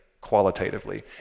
qualitatively